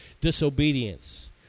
disobedience